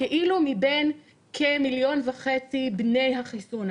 כאילו מבין כ-1.5 מיליון בני החיסון,